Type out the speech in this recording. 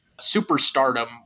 superstardom